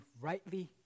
rightly